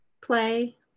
play